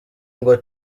ngo